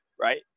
right